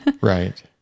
Right